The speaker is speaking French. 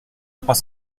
trois